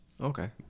Okay